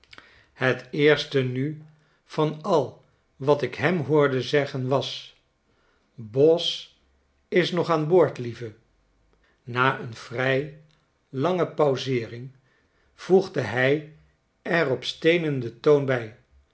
het eerste nu van al wat ik hem hoorde zeggen was boz is nog aan boord lieve na een vrij lange pauseering voegde hij er op stenenden toon by